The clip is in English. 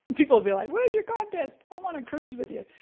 people'll be like, where's your contest? i want to cruise with you.